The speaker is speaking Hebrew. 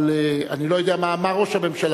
אבל אני לא יודע מה אמר ראש הממשלה,